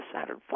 Saturn